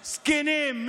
זקנים.